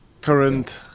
current